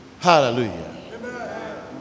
Hallelujah